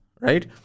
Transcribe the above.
right